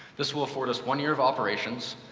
this will afford us one year of operations,